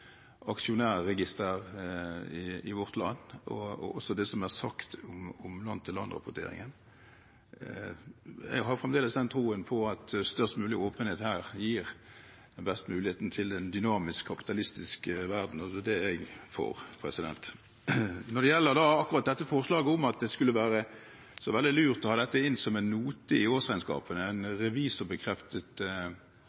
aksjonærregister i landet vårt og det som har vært sagt om land-for-land-rapporteringen. Jeg har fremdeles troen på at størst mulig åpenhet her gir den beste muligheten til en dynamisk, kapitalistisk verden, og det er jeg for. Når det gjelder akkurat dette forslaget om at det skulle være så veldig lurt å ta dette inn som en revisorbekreftet note i årsregnskapene,